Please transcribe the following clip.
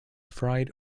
fried